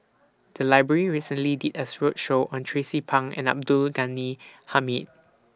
The Library recently did A roadshow on Tracie Pang and Abdul Ghani Hamid